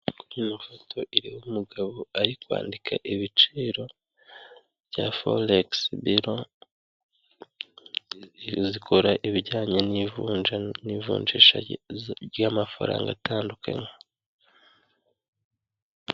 Amafoto iriho umugabo ari kwandika ibiciro bya forex bureau, zikora ibijyanye n'ivunja n'ivunjisha ry'amafaranga atandukanye.